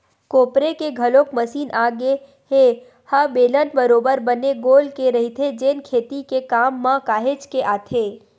कोपरे के घलोक मसीन आगे ए ह बेलन बरोबर बने गोल के रहिथे जेन खेती के काम म काहेच के आथे